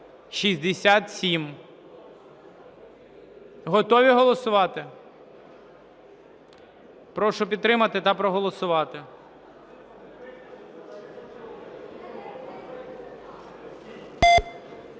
Готові голосувати? Прошу підтримати та проголосувати.